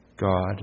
God